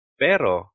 pero